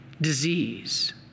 disease